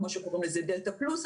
כמו שקוראים לזה דלתא פלוס,